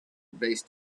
based